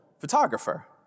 photographer